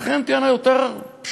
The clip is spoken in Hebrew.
אכן תהיינה יותר פשוטות?